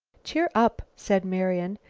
cheer up! said marian.